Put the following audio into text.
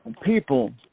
people